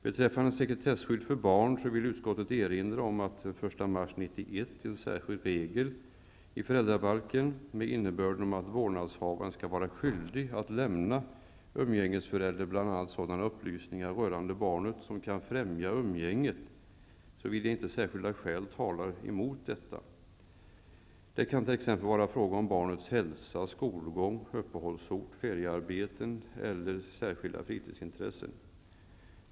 Beträffande sekretesskydd för barn vill utskottet erinra om att det den 1 mars 1991 infördes en särskild regel i föräldrabalken med innebörden att vårdnadshavaren skall vara skyldig att lämna umgängesföräldern bl.a. sådana upplysningar rörande barnet som kan främja umgänget, såvida inte särskilda skäl talar däremot. Det kan t.ex. vara fråga om barnets hälsa, skolgång, uppehållsort, feriearbete eller särskilda fritidsintressen.